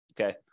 Okay